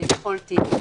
בכל תיק.